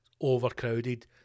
overcrowded